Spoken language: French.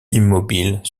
immobile